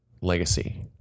Legacy